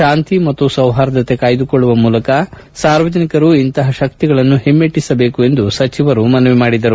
ಶಾಂತಿ ಮತ್ತು ಸೌಪಾರ್ದತೆ ಕಾಯ್ದುಕೊಳ್ಳುವ ಮೂಲಕ ಸಾರ್ವಜನಿಕರು ಇಂತಪ ಶಕ್ತಿಗಳನ್ನು ಹಿಮ್ಮೆಟ್ಟಿಸಬೇಕು ಎಂದು ಸಚಿವರು ಮನವಿ ಮಾಡಿದರು